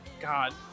God